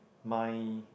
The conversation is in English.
my